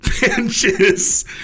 benches